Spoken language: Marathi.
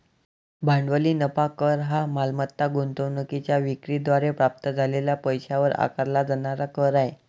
भांडवली नफा कर हा मालमत्ता गुंतवणूकीच्या विक्री द्वारे प्राप्त झालेल्या पैशावर आकारला जाणारा कर आहे